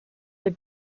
the